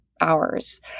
hours